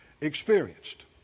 experienced